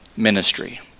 ministry